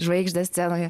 žvaigždę scenoje